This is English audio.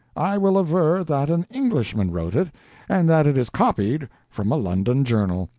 i will aver that an englishman wrote it and that it is copied from a london journal.